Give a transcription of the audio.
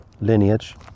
lineage